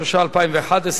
התשע"א 2011,